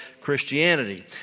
Christianity